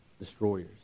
destroyers